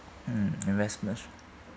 mm investment str~